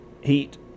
heat